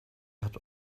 hat